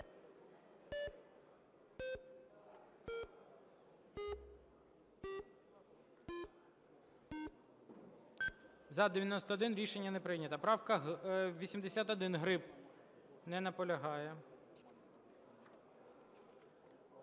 За-91 Рішення не прийнято. Правка 81, Гриб. Не наполягає.